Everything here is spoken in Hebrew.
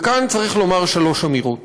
וכאן צריך לומר שלוש אמירות.